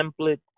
template